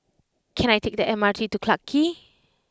can I take the M R T to Clarke